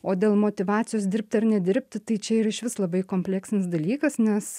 o dėl motyvacijos dirbti ar nedirbti tai čia yra išvis labai kompleksinis dalykas nes